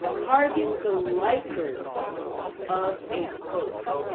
target the likers of a post.